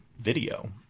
video